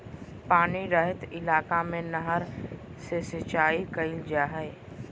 पानी रहित इलाका में नहर से सिंचाई कईल जा हइ